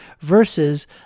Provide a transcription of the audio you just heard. versus